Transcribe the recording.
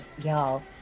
y'all